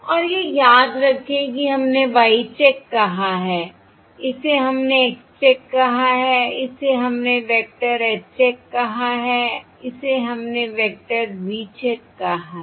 और यह याद रखें कि हमने Y चेक कहा है इसे हमने X चेक कहा है इसे हमने वेक्टर H चेक कहा है इसे हमने वेक्टर V चेक कहा है